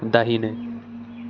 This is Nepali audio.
दाहिने